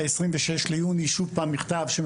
ב-26 ביוני יצא שוב פעם מכתב לראשי הרשויות